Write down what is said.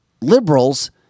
liberals